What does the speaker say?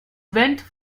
went